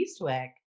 Eastwick